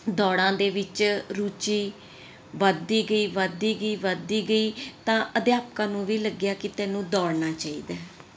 ਦੌੜਾਂ ਦੇ ਵਿੱਚ ਰੁਚੀ ਵਧਦੀ ਗਈ ਵਧਦੀ ਗਈ ਵਧਦੀ ਗਈ ਤਾਂ ਅਧਿਆਪਕਾਂ ਨੂੰ ਵੀ ਲੱਗਿਆ ਕਿ ਤੈਨੂੰ ਦੌੜਨਾ ਚਾਹੀਦਾ